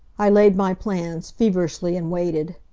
i laid my plans, feverishly, and waited.